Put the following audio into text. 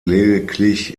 lediglich